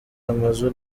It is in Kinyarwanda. amazu